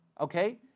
Okay